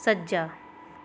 ਸੱਜਾ